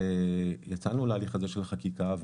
עת יצאנו להליך הזה של החקיקה,